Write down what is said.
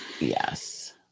Yes